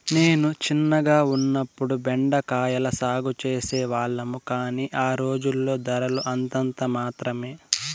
నేను చిన్నగా ఉన్నప్పుడు బెండ కాయల సాగు చేసే వాళ్లము, కానీ ఆ రోజుల్లో ధరలు అంతంత మాత్రమె